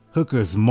Hooker's